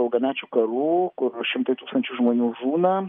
ilgamečių karų kur šimtai tūkstančių žmonių žūna